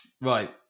Right